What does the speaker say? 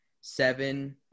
Seven